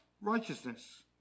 righteousness